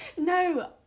No